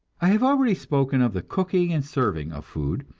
i have already spoken of the cooking and serving of food.